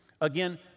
Again